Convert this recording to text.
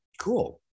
Cool